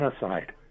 genocide